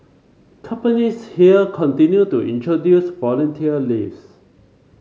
companies here continue to introduce volunteer leaves